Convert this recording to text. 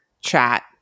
chat